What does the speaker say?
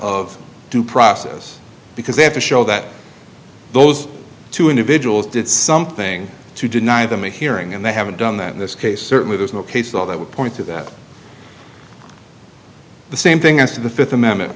of due process because they have to show that those two individuals did something to deny them a hearing and they haven't done that in this case certainly there's no case law that would point to that the same thing as to the fifth amendment